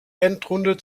endrunde